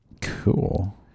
Cool